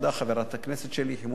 חברת הכנסת שלי יחימוביץ,